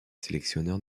sélectionneur